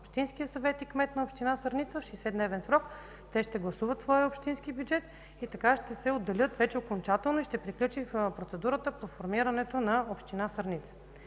общински съвет на община Сърница, в 60-дневен срок те ще гласуват своя общински бюджет и така ще се отделят окончателно и ще приключи процедурата по формирането на община Сърница.